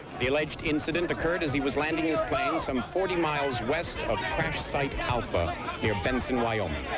the alleged incident occurred as he was landing his plane some forty miles west of crash site alpha near benson, wyoming.